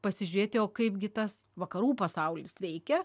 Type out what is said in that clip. pasižiūrėti o kaipgi tas vakarų pasaulis veikia